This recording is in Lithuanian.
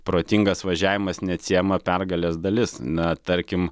protingas važiavimas neatsiejama pergalės dalis na tarkim